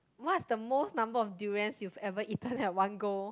what's the most number of durians you've ever eaten at one go